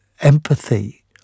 Empathy